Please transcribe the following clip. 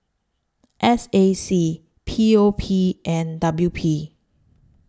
S A C P O P and W P